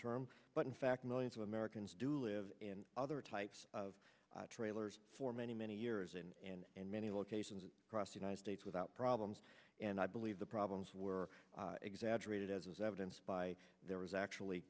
term but in fact millions of americans do live in other types of trailers for many many years in and many locations across united states without problems and i believe the problems were exaggerated as evidenced by there was actually